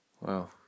Wow